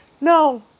No